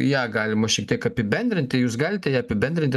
ją galima šiek tiek apibendrinti jūs galite ją apibendrinti